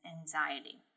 anxiety